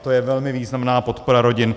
To je velmi významná podpora rodin.